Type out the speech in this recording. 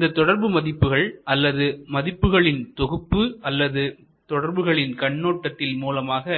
இந்த தொடர்பு மதிப்புகள் அல்லது மதிப்புகளின் தொகுப்பு அல்லது தொடர்புகளின் கண்ணோட்டத்தின் மூலமாக